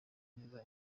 neza